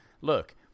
look